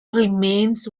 remains